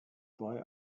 boy